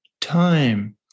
time